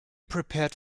prepared